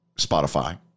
Spotify